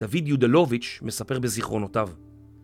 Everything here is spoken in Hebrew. דוד יודלוביץ' מספר בזיכרונותיו